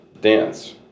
dance